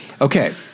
Okay